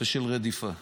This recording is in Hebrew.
ושל רדיפה.